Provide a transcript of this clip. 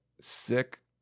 sick